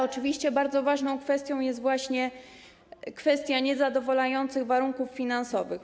Oczywiście bardzo ważną kwestią jest kwestia niezadowalających warunków finansowych.